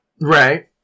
right